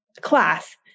class